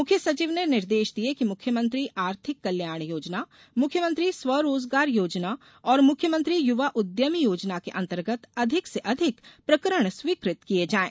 मुख्य सचिव ने निर्देश दिये कि मुख्यमंत्री आर्थिक कल्याण योजना मुख्यमंत्री स्वरोजगार योजना और मुख्यमंत्री युवा उद्यमी योजना के अंतर्गत अधिक से अधिक प्रकरण स्वीकृत किये जाएँ